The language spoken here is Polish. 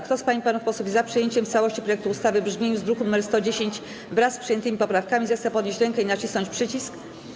Kto z pań i panów posłów jest za przyjęciem w całości projektu ustawy w brzmieniu z druku nr 110, wraz z przyjętymi poprawkami, zechce podnieść rękę i nacisnąć przycisk.